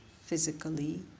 physically